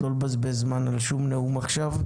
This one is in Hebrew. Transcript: לא לבזבז זמן על שום נאום עכשיו,